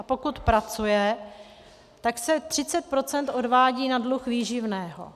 A pokud pracuje, tak se 30 % odvádí na dluh výživného.